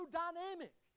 dynamic